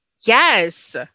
Yes